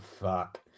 fuck